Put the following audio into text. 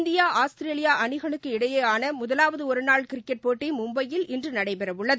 India ஆஸ்திரேலியாஅணிகளுக்கு இடையேயானமுதலாவதுஒருநாள் cricket போட்டிமும்பையில் இன்றுநடைபெறஉள்ளது